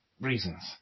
reasons